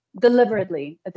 deliberately